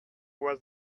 was